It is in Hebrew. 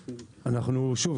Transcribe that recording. שוב,